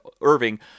Irving